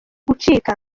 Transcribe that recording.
gucika